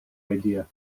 idea